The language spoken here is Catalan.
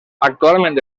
actualment